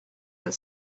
that